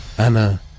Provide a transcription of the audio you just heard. Anna